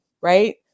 Right